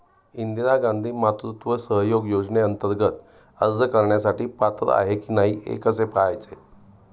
इंदिरा गांधी मातृत्व सहयोग योजनेअंतर्गत अर्ज करण्यासाठी पात्र आहे की नाही हे कसे पाहायचे?